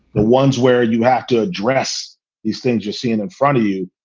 the ones where you have to address these things you're seeing in front of you,